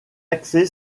axé